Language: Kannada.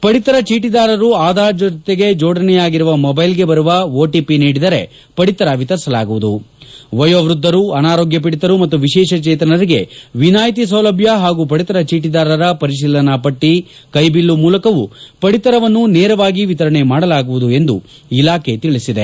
ಪದಿತರ ಚೀಟಿದಾರರು ಆಧಾರ್ ಜೊತೆಗೆ ಜೋಸಣೆಯಾಗಿರುವ ಮೊಬೈಲ್ಗೆ ಬರುವ ಒಟಿಪಿ ನೀಡಿದರೆ ಪಡಿತರ ವಿತರಿಸಲಾಗುವುದು ವಯೋವೃದ್ದರು ಅನಾರೋಗ್ಯ ಪೀಡಿತರು ಮತ್ತು ವಿಶೇಷ ಚೇತನರಿಗೆ ವಿನಾಯಿತಿ ಸೌಲಭ್ಯ ಹಾಗೂ ಪದಿತರ ಚೇಟಿದಾರರ ಪರಿಶೀಲನಾ ಪಟ್ಟಿ ಕೈ ಬಿಲ್ಲು ಮೂಲಕವೂ ಪದಿತರವನ್ನು ನೇರವಾಗಿ ವಿತರಣೆ ಮಾಡಲಾಗುವುದು ಎಂದು ಇಲಾಖೆ ತಿಳಿಸಿದೆ